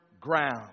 ground